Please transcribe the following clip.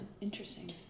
Interesting